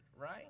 right